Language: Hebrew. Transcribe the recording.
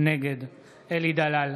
נגד אלי דלל,